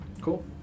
Cool